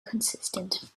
consistent